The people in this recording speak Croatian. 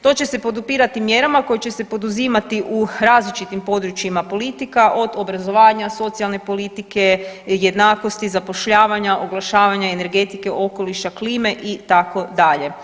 To će se podupirati mjerama koje će se poduzimati u različitim područjima politika od obrazovanja, socijalne politike, jednakosti, zapošljavanja, oglašavanja, energetike, okoliša, klime itd.